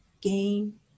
gain